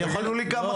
תגידו לי כמה חסר.